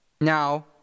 Now